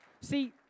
See